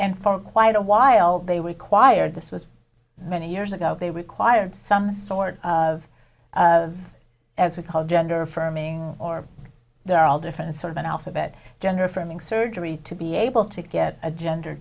and for quite a while they required this was many years ago they required some sort of of as we call gender affirming or there are all different sort of an alphabet gender affirming surgery to be able to get a gender